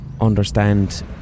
understand